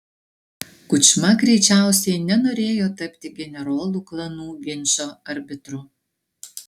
kučma greičiausiai nenorėjo tapti generolų klanų ginčo arbitru